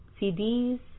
CDs